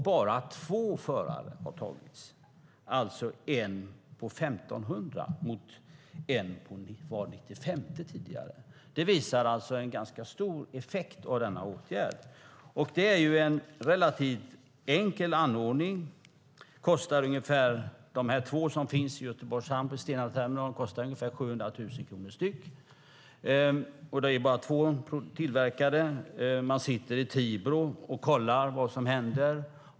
Bara 2 förare har tagits, alltså 1 av 1 500 förare, mot 1 av 95 tidigare. Det visar på en ganska stor effekt av denna åtgärd. Det är en relativt enkel anordning. De två som finns i Göteborgs hamn vid Stenaterminalen kostar ungefär 700 000 kronor styck. Det är bara två tillverkare. Man sitter i Tibro och kollar vad som händer.